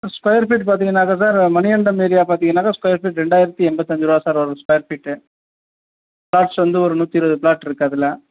square feet பார்த்தீங்கன்னாக்கா sir Manikandam area பார்த்தீங்கன்னாக்கா square feet ரெண்டாயிரத்தி எண்பத்தஞ்சி ரூபா சார் ஒரு ஸ்கொயர் ஃபீட்டு ஃப்ளாட்ஸ் வந்து ஒரு நூற்றி இருபது ப்ளாட்ருக்குது அதில்